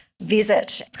Visit